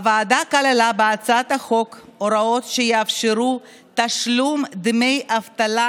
הוועדה כללה בהצעת החוק הוראות שיאפשרו תשלום דמי אבטלה,